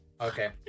Okay